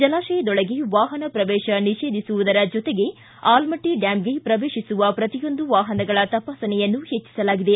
ಜಲಾಶಯದೊಳಗೆ ವಾಹನ ಶ್ರವೇತ ನಿಷೇಧಿಸುವುದರ ಜೊತೆಗೆ ಆಲಮಟ್ಟ ಡ್ಕಾಮ್ಗೆ ಶ್ರವೇತಿಸುವ ಶ್ರತಿಯೊಂದು ವಾಹನಗಳ ತಪಾಸಣೆಯನ್ನು ಹೆಚ್ಚಿಸಲಾಗಿದೆ